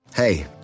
Hey